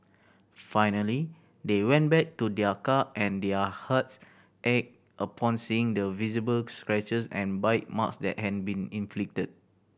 finally they went back to their car and their hearts ached upon seeing the visible scratches and bite marks that had been inflicted